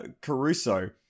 Caruso